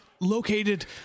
located